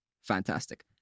Fantastic